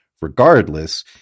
regardless